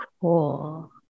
Cool